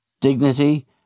dignity